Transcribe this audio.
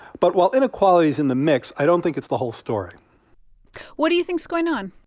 but while inequality is in the mix, i don't think it's the whole story what do you think's going on?